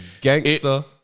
gangster